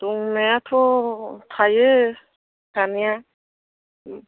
दंनायाथ' थायो थानाया